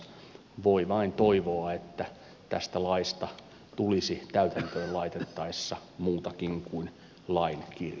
voi vain toivoa että tästä laista tulisi täytäntöön laitettaessa muutakin kuin laing i